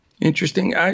Interesting